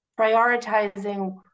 prioritizing